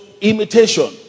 imitation